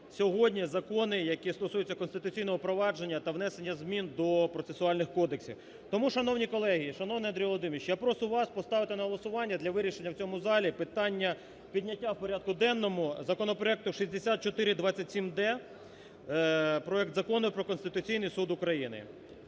сьогодні закони, які стосуються конституційного провадження та внесення змін до процесуальних кодексів. Тому, шановні колеги, шановний Андрій Володимирович, я прошу вас поставити на голосування для вирішення в цьому залі питання підняття в порядку денному законопроекту (6427-д) проект Закону про Конституційний Суд України.